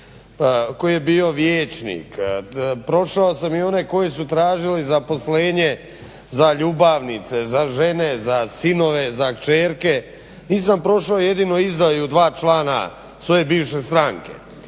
koji je bio vijećnik, prošao sam i one koji su tražili zaposlenje za ljubavnice, za žene, za sinove, za kćerke, nisam prošao jedino izdaju dva člana svoje bivše stranke.